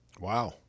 Wow